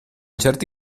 certi